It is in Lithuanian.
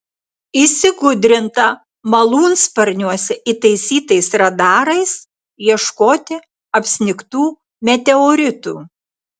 įsigudrinta malūnsparniuose įtaisytais radarais ieškoti apsnigtų meteoritų